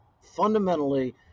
Fundamentally